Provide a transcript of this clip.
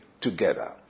together